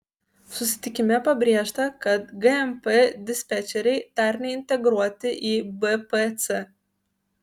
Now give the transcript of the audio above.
susitikime pabrėžta kad gmp dispečeriai dar neintegruoti į bpc